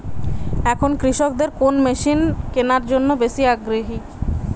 এখন কৃষকদের কোন মেশিন কেনার জন্য বেশি আগ্রহী?